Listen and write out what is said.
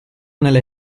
nelle